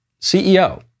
CEO